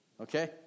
Okay